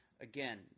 Again